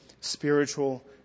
spiritual